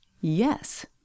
Yes